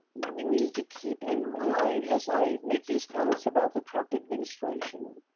we need to keep in mind, as i make these comments about the trump administration,